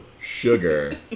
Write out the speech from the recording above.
sugar